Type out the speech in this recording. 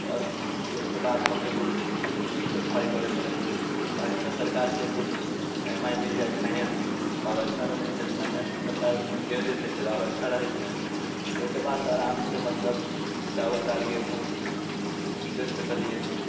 आओर ओहिके बाद मतलब व्यवसाय करै पड़ैत छै एहिमे सरकारके किछु एम आइ मिल जाय फाइनैन्स तऽ आओर अच्छा रहैत छै फाइनैन्स सरकार दे देतै आओर अच्छा रहैत छै ओहिके बाद आराम से मतलब चावल दालि गेहूँ बेच सकलियै हँ